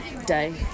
day